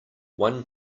one